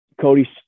Cody